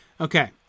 Okay